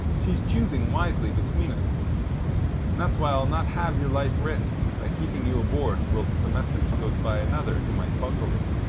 she's choosing wisely between us, and that's why i'll not have your life risked by keeping you aboard whilst the message goes by another who might bungle it.